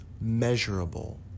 measurable